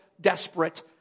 Desperate